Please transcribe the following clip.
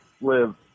live